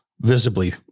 visibly